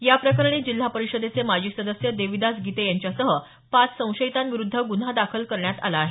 याप्रकरणी जिल्हा परिषदेचे माजी सदस्य देविदास गीते यांच्यासह पाच संशयितांविरुद्ध गुन्हा दाखल करण्यात आला आहे